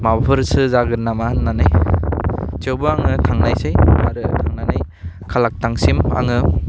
माबाफोरसो जागोन नामा होननानै थेवबो आङो थांनायसै आरो थांनानै कालाकटांसिम आङो